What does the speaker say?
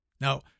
now